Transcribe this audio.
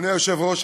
אדוני היושב-ראש,